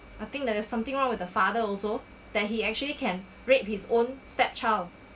I think that there's something wrong with the father also that he actually can rape his own stepchild